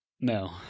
No